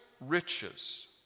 riches